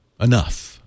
enough